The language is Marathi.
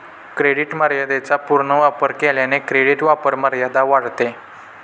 क्रेडिट मर्यादेचा पूर्ण वापर केल्याने क्रेडिट वापरमर्यादा वाढते